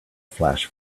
flash